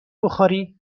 بخاری